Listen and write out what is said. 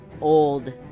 old